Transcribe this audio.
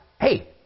Hey